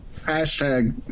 Hashtag